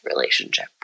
relationship